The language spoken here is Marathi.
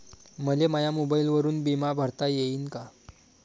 मले माया मोबाईलवरून बिमा भरता येईन का?